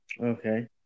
Okay